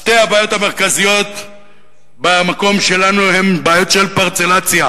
שתי הבעיות המרכזיות במקום שלנו הן בעיות של פרצלציה.